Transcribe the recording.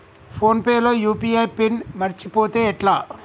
Phone pay లో UPI PIN మరచిపోతే ఎట్లా?